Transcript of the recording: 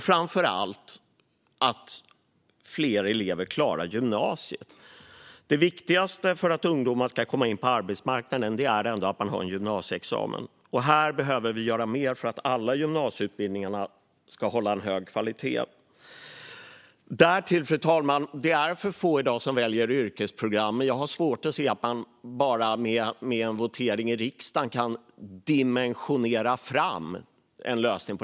Framför allt måste fler elever klara gymnasiet. Det viktigaste för att ungdomar ska komma in på arbetsmarknaden är ändå att de har en gymnasieexamen. Här behöver vi göra mer för att alla gymnasieutbildningarna ska hålla hög kvalitet. Därtill är det för få i dag som väljer yrkesprogram. Men jag har svårt att se att man bara med hjälp av en votering i riksdagen kan dimensionera fram en lösning.